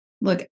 Look